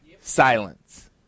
Silence